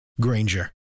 Granger